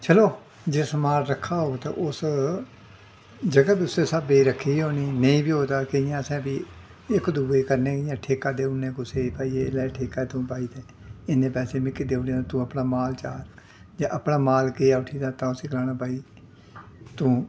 चलो जिस माल रक्खे दे होग तां उस ज'गा बी उस्सै स्हाबै दी रक्खी दी होनी नेईं बी होग तां केइयैं असें भी इक दुए ई करने इ'यां ठेका देई ओड़नें कुसै गी भाई एह् लै ठेका तूं भाई ते इन्ने पैसे मी देई ओड़ेआं ते तू अपना माल चार जां अपना माल गेआ उट्ठी तां उस्सी गलाना भाई तूं